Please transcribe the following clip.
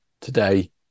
today